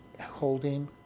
holding